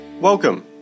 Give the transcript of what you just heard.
Welcome